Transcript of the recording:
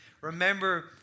remember